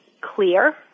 clear